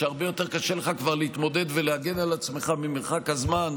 כשכבר הרבה יותר קשה לך להתמודד ולהגן על עצמך ממרחק הזמן,